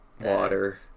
Water